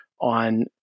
on